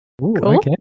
Cool